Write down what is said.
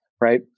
right